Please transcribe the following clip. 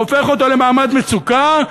הופך אותו למעמד מצוקה,